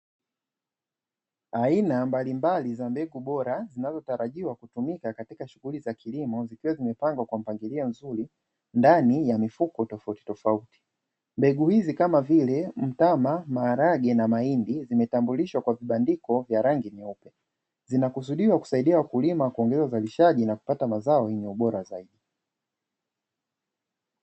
Aina mbalimbali za mbegu bora zinazotarajiwa kutumika katika shughuli za kilimo zikiwa zimepangwa kwa mpangilio mzuri ndani ya mifuko tofautitofauti. Mbegu hizi kama vile: mtama, maharage na mahindi; zimetambulishwa kwa vibandiko vya rangi nyeupe. Zinakusudiwa kusaidia wakulima kuongeza uzalishaji na kupata mazao yenye ubora zaidi.